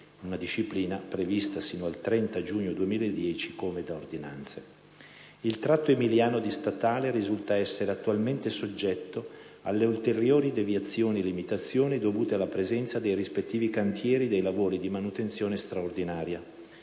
Disciplina questa prevista sino al 30 giugno 2010 come da ordinanze. Il tratto emiliano di statale risulta essere attualmente soggetto alle ulteriori deviazioni/limitazioni dovute alla presenza dei rispettivi cantieri dei lavori di manutenzione straordinaria,